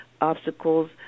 obstacles